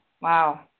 wow